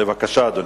בבקשה, אדוני.